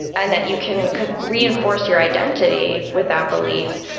and that you can can reinforce your identity with that belief,